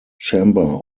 chamber